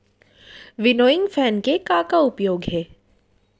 Winnowing fan के का का उपयोग हे?